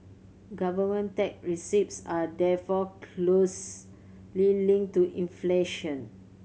government tax receipts are therefore closely linked to inflation